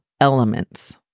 elements